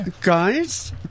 guys